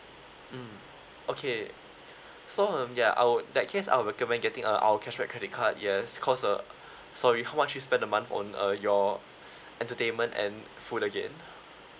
mm okay so um ya I would that case I'll recommend getting a our cashback credit card yes because uh sorry how much you spend a month on uh your entertainment and food again